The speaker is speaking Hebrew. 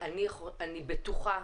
אני בטוחה,